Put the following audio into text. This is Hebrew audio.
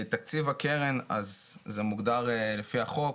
תקציב הקרן, זה מוגדר לפי החוק,